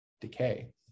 decay